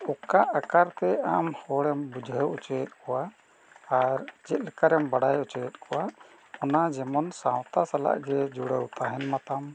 ᱚᱠᱟ ᱟᱠᱟᱨ ᱛᱮ ᱟᱢ ᱦᱚᱲᱮᱢ ᱵᱩᱡᱷᱟᱹᱣ ᱚᱪᱚᱭᱮᱫ ᱠᱚᱣᱟ ᱟᱨ ᱪᱮᱫ ᱞᱮᱠᱟ ᱨᱮᱢ ᱵᱟᱰᱟᱭ ᱚᱪᱚᱭᱮᱫ ᱠᱚᱣᱟ ᱚᱱᱟ ᱡᱮᱢᱚᱱ ᱥᱟᱶᱛᱟ ᱥᱟᱞᱟᱜ ᱜᱮ ᱡᱩᱲᱟᱹᱣ ᱛᱟᱦᱮᱱ ᱢᱟᱛᱟᱢ